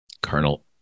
Colonel